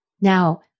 Now